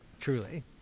truly